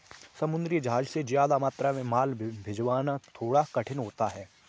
समुद्री जहाज से ज्यादा मात्रा में माल भिजवाना थोड़ा कठिन होता है